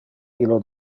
illo